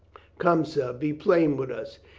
come, sir, be plain with us.